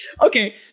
Okay